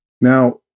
now